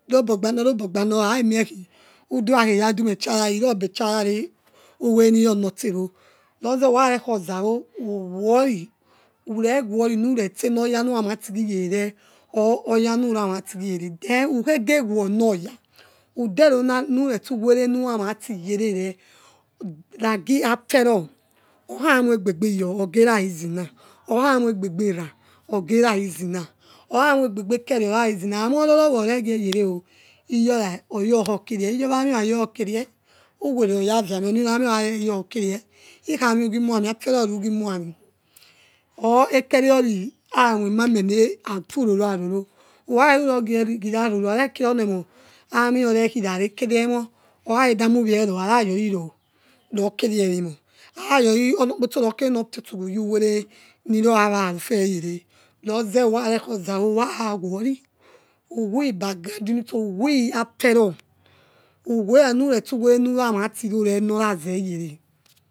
Robo gbano robo bano ikenimi udurake radumecharare irubecharare uwerenin nstse ro roze ukharekhozawo uwori ureworu nure stenuoyanu namatigigere re or oya nurarati gigere ukhegheweonoya uderonure tsu uwere nura ratiyere ragi afero okhamiegbebe your oralasy na okhamii egbedera ora easy na okhamoiegebo ekerio ora easy na ami roro woregieyerio irora oyokhokerio iyowa amuo okhayo khi kerie uwere oya viamie onoyo owami eokhoyo okeri ikhami ugu umu afero rugiworni or ekeriori amoi emami afuroro ariri ukani rorigirarori oniemo amiore khuna ekeremov okhakhedu mugboaro are your ror kerie omi arayori anokposo rokere nofusugu giwere nirora warofe yere roze ukhareko ozawo ukhara wori uwi ba ground ritsi efero uwera nure resuwere nura ratiso re norazeye re